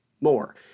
more